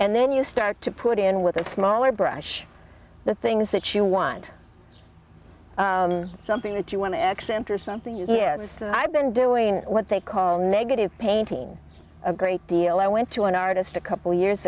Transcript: and then you start to put in with the smaller brush the things that you want something that you want to accept or something you see is i've been doing what they call negative painting a great deal i went to an artist a couple years